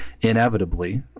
inevitably